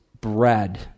bread